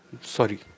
sorry